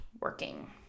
working